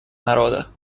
народа